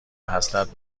حسرت